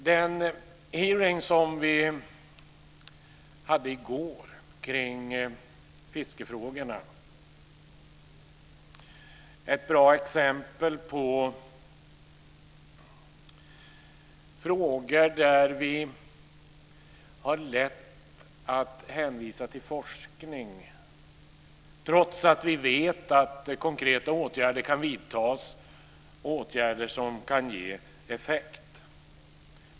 Den hearing som vi hade i går om fiskefrågorna är ett bra exempel på frågor där vi har lätt att hänvisa till forskning, trots att vi vet att konkreta åtgärder kan vidtas - åtgärder som kan ge effekt.